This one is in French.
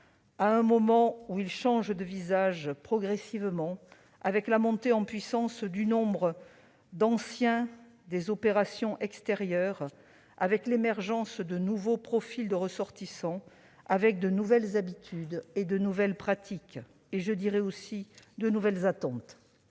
; alors qu'il change de visage progressivement, avec la montée en puissance du nombre d'anciens des opérations extérieures, avec l'émergence de nouveaux profils de ressortissants, avec de nouvelles habitudes, de nouvelles pratiques, de nouvelles attentes.